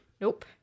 Nope